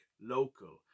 local